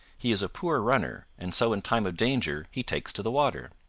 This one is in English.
he is a poor runner and so in time of danger he takes to the water.